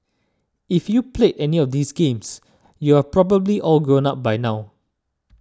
if you played any of these games you are probably all grown up by now